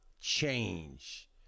change